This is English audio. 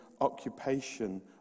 occupation